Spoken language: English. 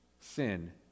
sin